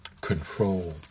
Control